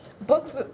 books